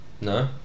No